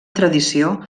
tradició